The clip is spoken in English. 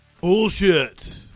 Bullshit